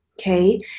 Okay